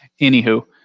Anywho